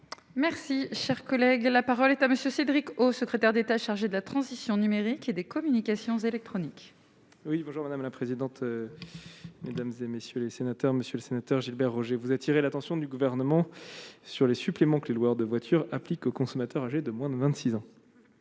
Merci, cher collègue, la parole est à Monsieur, Cédric O, secrétaire d'État chargé de la transition numérique et des communications électroniques. Oui, bonjour, madame la présidente, mesdames et messieurs les sénateurs, monsieur le sénateur Gilbert Roger vous attirer l'attention du gouvernement sur les suppléments que les loueurs de voitures applique consommateurs âgés de moins de 26 ans,